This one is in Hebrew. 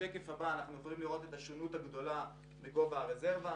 בשקף הבא אנחנו יכולים לראות את השונות הגדולה בגובה הרזרבה.